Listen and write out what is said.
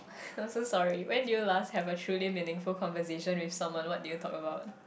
I'm so sorry when did you last have a truly meaningful conversation with someone what did you talk about